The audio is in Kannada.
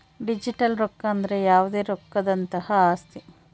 ಡಿಜಿಟಲ್ ರೊಕ್ಕ ಅಂದ್ರ ಯಾವ್ದೇ ರೊಕ್ಕದಂತಹ ಆಸ್ತಿ